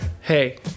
hey